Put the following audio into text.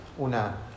una